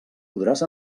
podràs